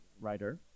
writer